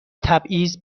تبعیض